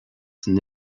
san